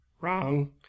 wrong